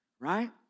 right